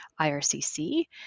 IRCC